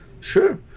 sure